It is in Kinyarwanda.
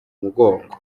mugongo